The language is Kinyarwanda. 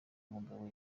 umugabo